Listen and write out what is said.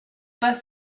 pas